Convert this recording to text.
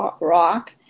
rock